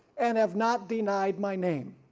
and have not denied my name.